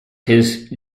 his